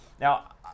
Now